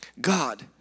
God